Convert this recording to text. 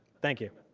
thank you.